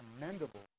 commendable